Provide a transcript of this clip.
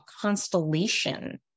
constellation